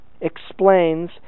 explains